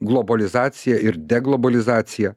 globalizacija ir deglobalizacija